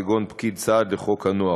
כגון פקיד סעד לחוק הנוער.